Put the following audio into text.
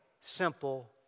simple